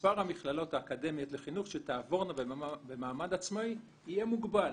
מספר המכללות האקדמיות לחינוך שתעבורנה במעמד עצמאי יהיה מוגבל".